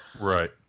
Right